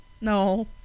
No